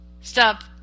stop